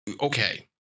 Okay